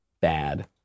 bad